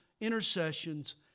intercessions